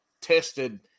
tested